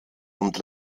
und